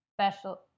special